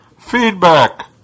Feedback